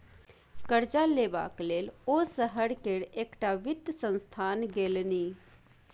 करजा लेबाक लेल ओ शहर केर एकटा वित्त संस्थान गेलनि